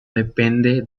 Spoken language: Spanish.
depende